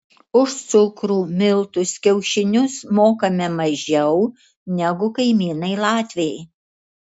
už cukrų miltus kiaušinius mokame mažiau negu kaimynai latviai